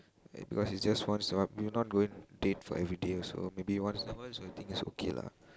because it's just once a while you not going date for everyday also maybe once a while so I think it's okay lah